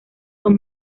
son